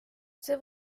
see